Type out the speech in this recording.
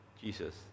Jesus